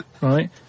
right